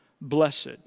blessed